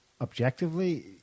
objectively